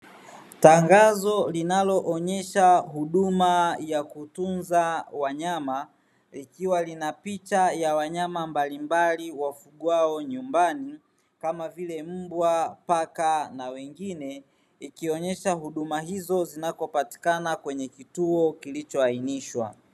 Tangazo linaloonyesha huduma ya kutunza wanyama likiwa lina picha ya wanyama mbalimbali wafungwao nyumbani kama vile mbwa ,paka na wengine ikionyesha huduma hizo zinakopatikana kwenye kituo kilichoainishwa